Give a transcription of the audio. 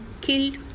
killed